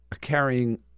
carrying